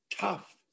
tough